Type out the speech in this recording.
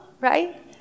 right